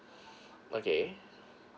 okay